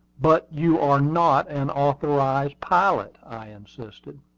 but you are not an authorized pilot, i insisted.